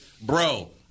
Bro